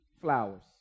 flowers